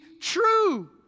true